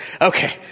Okay